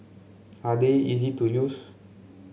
are they easy to use